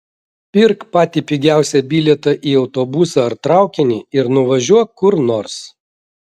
pirk patį pigiausią bilietą į autobusą ar traukinį ir nuvažiuok kur nors